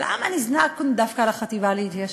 אבל למה נזעקנו דווקא על החטיבה להתיישבות?